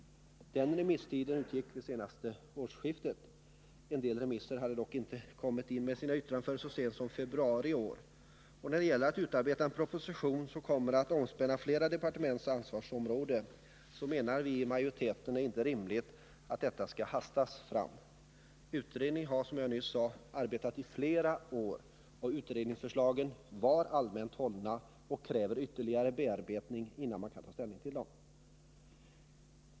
Remisstiden utgick vid senaste årsskiftet. En del remissinstanser hade dock icke kommit in med sina yttranden förrän så sent som i februari i år. Vi som tillhör utskottsmajoriteten menar att det inte är rimligt att hasta fram utarbetandet av en proposition som kommer att omspänna flera departements ansvarsområde. Utredningen har, som jag nyss sade, arbetat i flera år. Utredningsförslagen var allmänt hållna, och det krävs ytterligare bearbetning innan man kan ta ställning till dem.